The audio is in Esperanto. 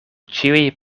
ĉiuj